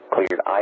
Cleared